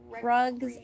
Drugs